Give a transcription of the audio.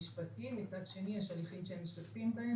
ברוכים המצטרפים,